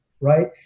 right